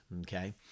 okay